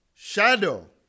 shadow